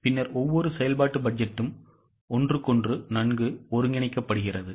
பின்னர் ஒவ்வொரு செயல்பாட்டு பட்ஜெட்டும் ஒன்றுக்கொன்று நன்கு ஒருங்கிணைக்கப்படுகிறது